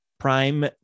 Prime